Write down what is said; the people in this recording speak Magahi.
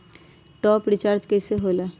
टाँप अप रिचार्ज कइसे होएला?